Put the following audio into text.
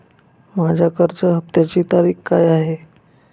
माझ्या कर्ज हफ्त्याची तारीख काय आहे?